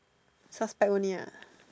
suspect only ah